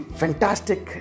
fantastic